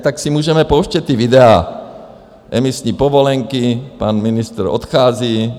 Tak si můžeme pouštět ta videa, emisní povolenky pan ministr odchází.